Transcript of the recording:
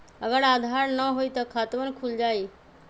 अगर आधार न होई त खातवन खुल जाई?